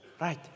Right